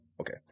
okay